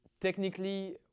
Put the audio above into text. technically